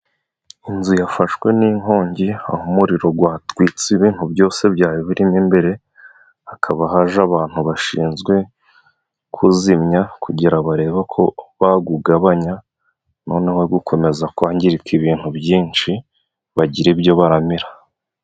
Inzu yafashwe n'inkongi, aho umuriro gwatwitse ibintu byose byari birimo imbere, hakaba haje abantu bashinzwe kuzimya kugira barebe ko bagugabanya noneho he gukomeza kwangirika ibintu byinshi, bagira ibyo baramira.